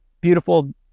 Beautiful